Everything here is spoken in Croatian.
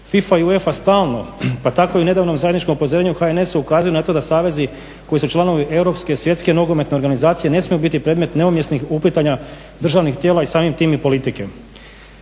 FIFA i UEFA stalno, tako i u nedavnom zajedničkom upozorenju HNS-u ukazuje na to da savezi koji su članovi Europske svjetske nogometne organizacije ne smiju biti predmeti neumjesnih uplitanja državnih tijela i samim time i politike.